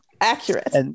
Accurate